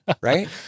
Right